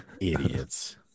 Idiots